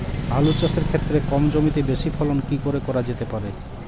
আলু চাষের ক্ষেত্রে কম জমিতে বেশি ফলন কি করে করা যেতে পারে?